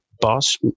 boss